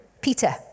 Peter